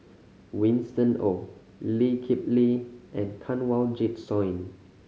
Winston Oh Lee Kip Lee and Kanwaljit Soin